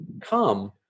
come